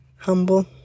Humble